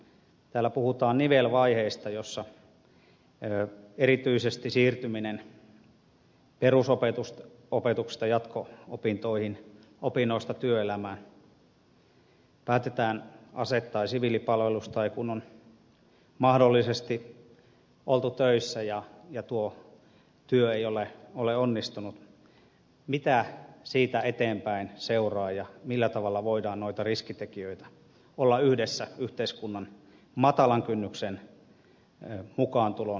täällä puhutaan nivelvaiheista erityisesti siirtyminen perusopetuksesta jatko opintoihin opinnoista työelämään päätetään ase tai siviilipalvelus tai kun on mahdollisesti oltu töissä ja tuo työ ei ole onnistunut ja siitä mitä niistä eteenpäin seuraa ja millä tavalla voidaan noita riskitekijöitä olla yhdessä yhteiskunnan matalan kynnyksen mukaantulon kautta järjestämässä